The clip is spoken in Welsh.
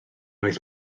oedd